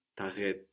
t'arrêtes